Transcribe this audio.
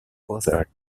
bother